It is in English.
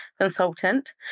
consultant